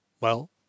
Well